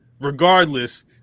regardless